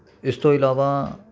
ਇਸ ਤੋਂ ਇਲਾਵਾ